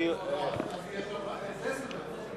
אז זה עשר דקות.